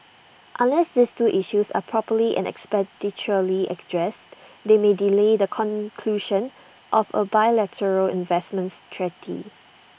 unless these two issues are properly and expeditiously they may delay the conclusion of A bilateral investments treaty